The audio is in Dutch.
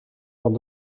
van